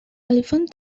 elephant